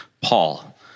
Paul